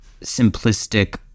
simplistic